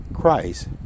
Christ